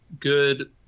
good